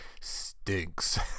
stinks